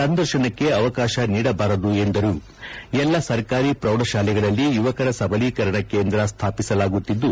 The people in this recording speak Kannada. ಸಂದರ್ಶನಕ್ಕೆ ಅವಕಾಶ ನೀಡಬಾರದು ಎಲ್ಲ ಸರ್ಕಾರಿ ಪ್ರೌಢಶಾಲೆಗಳಲ್ಲಿ ಯುವಕರ ಸಬಅೕಕರಣ ಕೇಂದ್ರ ಸ್ಥಾಪಿಸಲಾಗುತ್ತಿದ್ದು